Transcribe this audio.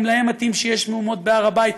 אם להם מתאים שיש מהומות בהר הבית,